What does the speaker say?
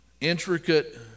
intricate